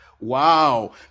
Wow